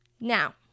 Now